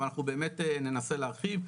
אבל אנחנו באמת ננסה להרחיב.